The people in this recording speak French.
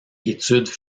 études